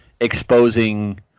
exposing